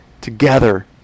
together